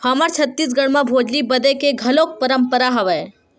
हमर छत्तीसगढ़ म भोजली बदे के घलोक परंपरा हवय